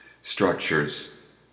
structures